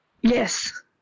Yes